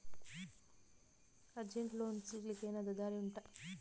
ಅರ್ಜೆಂಟ್ಗೆ ಲೋನ್ ಸಿಗ್ಲಿಕ್ಕೆ ಎನಾದರೂ ದಾರಿ ಉಂಟಾ